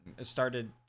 started